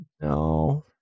No